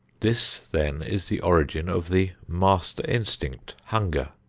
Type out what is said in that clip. this then is the origin of the master instinct, hunger.